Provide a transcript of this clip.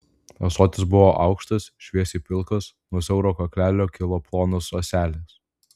ąsotis buvo aukštas šviesiai pilkas nuo siauro kaklelio kilo plonos ąselės